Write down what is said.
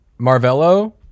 Marvello